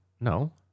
No